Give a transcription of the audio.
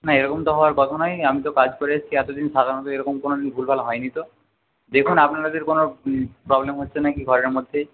না এরকম তো হওয়ার কথা নয় আমি তো কাজ করে এসেছি এতদিন সাধারণত কোনওদিন ভুলভাল হয়নি তো দেখুন আপনাদের কোনও প্রবলেম হচ্ছে না কি ঘরের মধ্যে